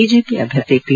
BJP ಅಭ್ಯರ್ಥಿ P